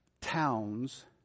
towns